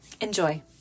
Enjoy